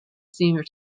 singer